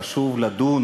חשוב לדון